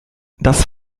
das